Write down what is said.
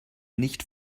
nicht